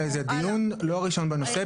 זה דיון לא הראשון בנושא.